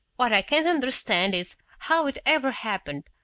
what i can't understand is how it ever happened,